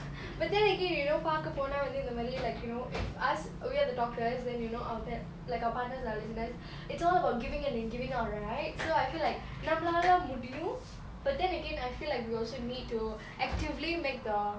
but then again you know பாக்க போன வந்து இந்தமாரி:paaka pona vanthu inthamari like you know if us we are the talkers then you know our like our partner are listeners it's about giving in and giving out right so I feel like நம்மளால முடியு:nammalala mudiyu but then again I feel like we also need to actively make the